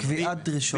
קביעת דרישות.